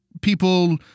people